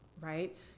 right